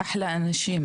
אחלה אנשים.